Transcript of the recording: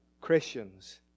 Christians